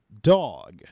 dog